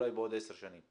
אולי בעוד עשר שנים